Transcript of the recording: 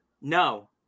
No